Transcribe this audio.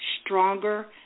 stronger